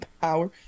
power